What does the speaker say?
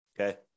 okay